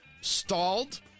Stalled